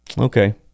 Okay